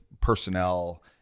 personnel